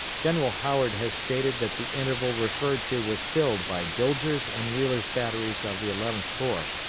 general howard has stated that the interval referred to was filled by dilger's and wheeler's batteries of the eleventh corps,